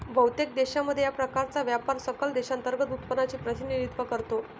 बहुतेक देशांमध्ये, या प्रकारचा व्यापार सकल देशांतर्गत उत्पादनाचे प्रतिनिधित्व करतो